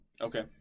Okay